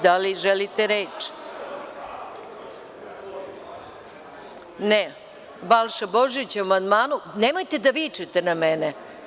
Da li želite reč? (Balša Božović, s mesta: Da.) Nemojte da vičete na mene.